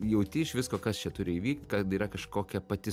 jauti iš visko kas čia turi įvykt kad yra kažkokia pati